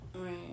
right